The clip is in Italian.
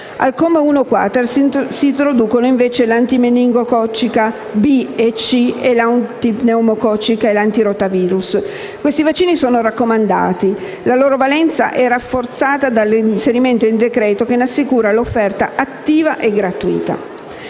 l'antimeningococcica B, l'antimeningococcica C, l'antipneumococcica e l'antirotavirus. Questi vaccini sono raccomandati e la loro valenza è rafforzata dall'inserimento nel provvedimento, che ne assicura l'offerta attiva e gratuita.